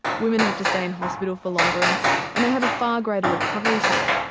women have to stay in hospital for longer and and they have a far greater recovery time.